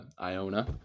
Iona